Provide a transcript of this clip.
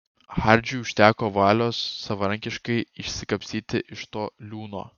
hardžiui užteko valios savarankiškai išsikapstyti iš to liūno